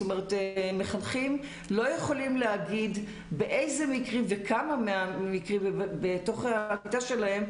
מחנכים לא יכולים להגיד באיזה מקרים וכמה מהמקרים בתוך הכיתה שלהם,